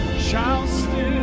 shall still